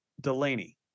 Delaney